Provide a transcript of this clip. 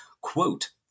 Quote